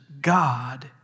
God